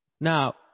Now